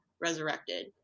resurrected